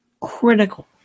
critical